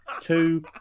Two